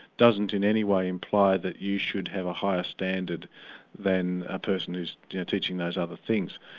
doesn't in any way imply that you should have a higher standard than a person who's teaching those other things.